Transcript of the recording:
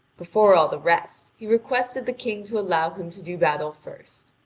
before all the rest, he requested the king to allow him to do battle first.